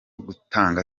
gutanga